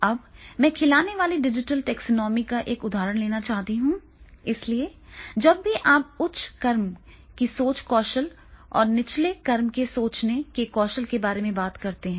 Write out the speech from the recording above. अब मैं खिलने वाली डिजिटल टैक्सोनॉमी का एक उदाहरण लेना चाहता हूं इसलिए जब भी आप उच्च क्रम की सोच कौशल और निचले क्रम के सोचने के कौशल के बारे में बात करते हैं